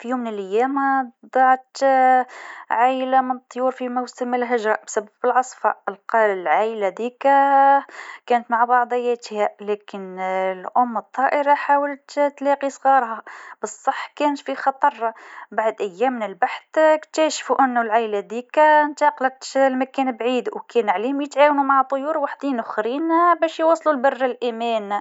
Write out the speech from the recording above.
في يوم من ليام ضاعت عايله من الطيور في موسم الهجره بسبب العاصفه، بقا العايله هذيكا كانت مع بعضها لكن الأم الطائر حاولت تلقى صغارها لكن كانت في خطر بعد أيام من البحث اكتشفو انو العايله هذيكا انتقلت لمكان بعيد وكان لازمهم يتعاونو مع طيور أخرين باش يوصلو لبر الأمان.